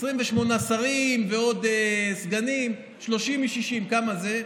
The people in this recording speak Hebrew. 28 שרים ועוד סגנים, 30 מ-60, כמה זה?